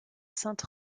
sainte